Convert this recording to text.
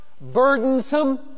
burdensome